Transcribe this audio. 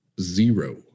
Zero